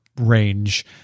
range